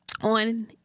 on